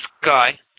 sky